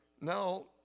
now